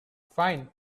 fine